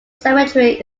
cemetery